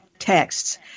Texts